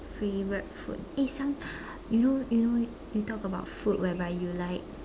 favorite food eh some you know you know you talk about food whereby you like